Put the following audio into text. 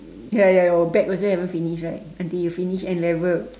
ya ya your bag also haven't finish right until you finish N-level